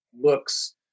Looks